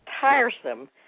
tiresome